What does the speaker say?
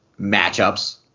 matchups